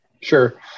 Sure